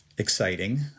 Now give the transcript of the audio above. exciting